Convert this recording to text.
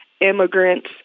immigrants